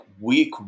week